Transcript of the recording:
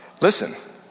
listen